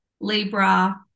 Libra